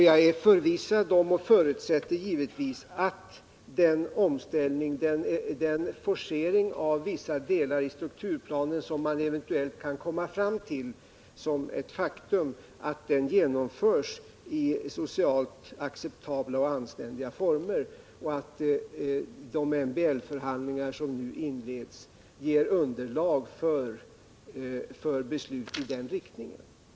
Jag är förvissad om och förutsätter givetvis att den forcering av vissa delar i strukturplanen, som man eventuellt kan komma fram till som ett faktum, genomförs i socialt acceptabla och anständiga former och att de MBL-förhandlingar som nu inleds ger underlag för beslut i den riktningen.